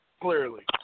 Clearly